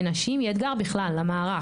לנשים ובכלל למערך.